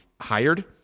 hired